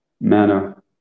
manner